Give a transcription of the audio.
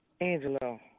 Angelo